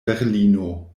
berlino